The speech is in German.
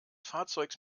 fahrzeugs